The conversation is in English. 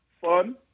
fun